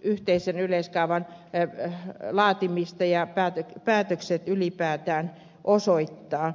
yhteisen yleiskaavan laatiminen ja päätökset ylipäätään osoittaa